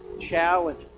challenge